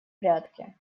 прятки